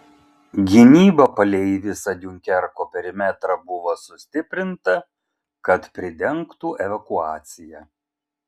gynyba palei visą diunkerko perimetrą buvo sustiprinta kad pridengtų evakuaciją